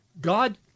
God